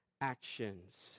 actions